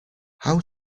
how